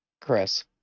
chris